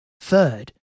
Third